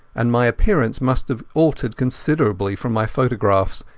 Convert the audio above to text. and my appearance must have altered considerably from my photographs,